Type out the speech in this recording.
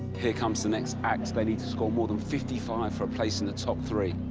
here comes the next act. they need to score more than fifty five for a place in the top three.